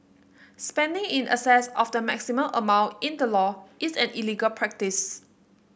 spending in excess of the maximum amount in the law is an illegal practice